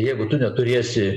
jeigu tu neturėsi